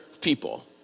people